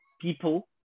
people